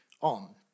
on